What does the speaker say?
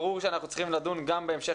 ברור שאנחנו צריכים לדון גם בהמשך